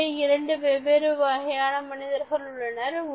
இங்கே இரண்டு வெவ்வேறு வகையான மனிதர்கள் உள்ளனர்